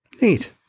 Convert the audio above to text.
Neat